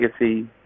legacy